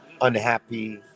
unhappy